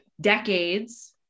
decades